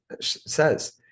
says